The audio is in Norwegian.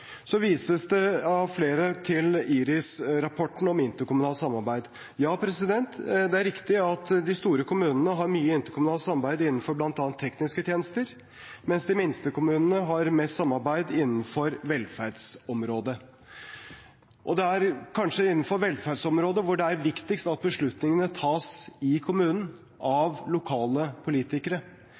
Så vises det av flere til IRIS-rapporten om interkommunalt samarbeid. Ja, det er riktig at de store kommunene har mye interkommunalt samarbeid innenfor bl.a. tekniske tjenester, mens de minste kommunene har mest samarbeid innenfor velferdsområdet. Og det er kanskje innenfor velferdsområdet det er viktigst at beslutningene tas i kommunen, av lokale politikere.